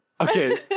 Okay